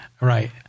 Right